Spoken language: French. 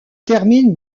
termine